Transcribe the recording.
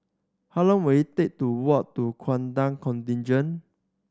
how long will it take to walk to Gurkha Contingent